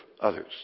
others